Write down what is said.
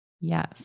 Yes